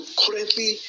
currently